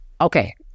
Okay